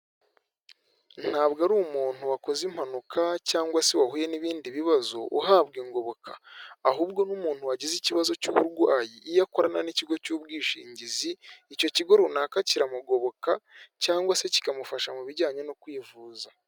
Ntabwo ari umuntu wakoze impanuka cyangwa se wahuye n'ibindi bibazo uhabwa ingoboka, ahubwo n'umuntu wagize ikibazo cy'uburwayi iyo akorana n'ikigo cy'ubwishingizi, icyo kigo runaka kiramugoboka cyangwa se kikamufasha mu bijyanye no kwivuza.